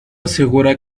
asegura